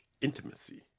intimacy